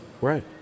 right